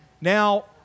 Now